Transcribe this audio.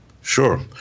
Sure